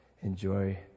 Enjoy